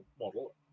model